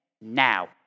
Now